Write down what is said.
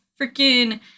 freaking